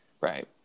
Right